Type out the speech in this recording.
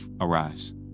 Arise